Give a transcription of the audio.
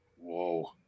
Whoa